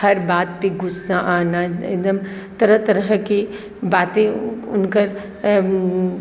हर बात पे गुस्सा आना एकदम तरह तरह के बाते हुनकर